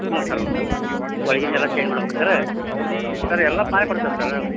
ಹ್ಞೂ ಸರ್ ಹ್ಞೂ ಸರ್ ಒಳಗಿಂದೆಲ್ಲ ಚೇಂಜ್ ಮಾಡ್ಬೇಕು ಸರ ಸರ್ ಎಲ್ಲ ಮಾಡಿಕೊಡ್ತೇವೆ ಸರ